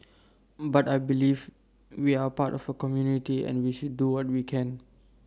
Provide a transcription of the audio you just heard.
but I believe we are part of A community and we should do what we can